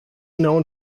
known